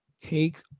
Take